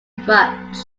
fudge